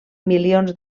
milions